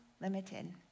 limited